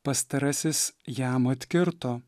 pastarasis jam atkirto